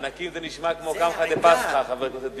מענקים זה נשמע כמו קמחא דפסחא, חבר הכנסת בילסקי.